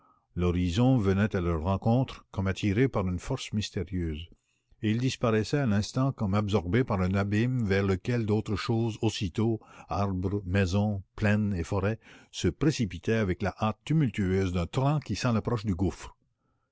l'horizon venait à leur rencontre comme attiré par une force mystérieuse et il disparaissait à l'instant comme absorbé par un abîme vers lequel d'autres choses aussitôt arbres maisons plaines et forêts se précipitaient avec la hôte tumultueuse d'un torrent qui sent l'approche du gouffre